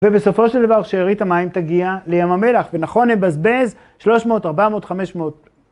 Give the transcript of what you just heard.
ובסופו של דבר שארית המים תגיע לים המלח, ונכון לבזבז, 300, 400, 500.